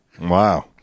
Wow